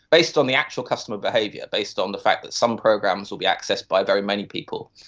based on the actual customer behaviour, based on the fact that some programs will be accessed by very many people,